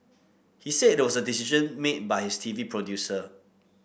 he said it was a decision made by his T V producer